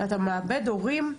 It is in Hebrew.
אתה מאבד הורים,